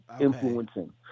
influencing